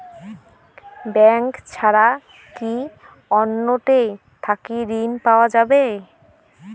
Bank ছাড়া কি অন্য টে থাকি ঋণ পাওয়া যাবে?